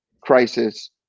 crisis